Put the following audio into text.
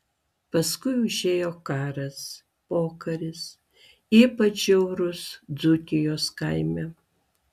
paskui užėjo karas pokaris ypač žiaurūs dzūkijos kaime